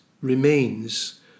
remains